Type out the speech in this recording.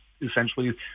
essentially